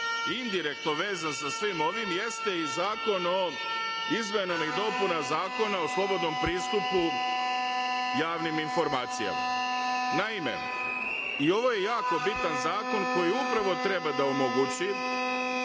indirektno vezan sa svim ovim jeste zakon o izmenama i dopuna Zakona o slobodnom pristupu javnim informacijama. Naime, i ovo je jako bitan zakon koji upravo treba da omogući